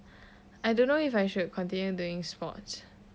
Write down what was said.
I don't know if I should continue doing sports